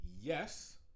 Yes